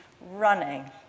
running